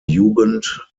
jugend